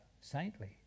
saintly